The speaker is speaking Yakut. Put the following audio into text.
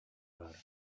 баара